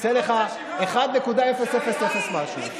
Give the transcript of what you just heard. יצא לך 1.000 משהו.